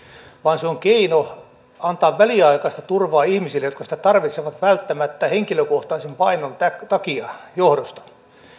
vaan se on keino antaa väliaikaista turvaa ihmisille jotka sitä tarvitsevat välttämättä henkilökohtaisen vainon johdosta